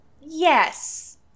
Yes